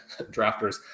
drafters